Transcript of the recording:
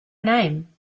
name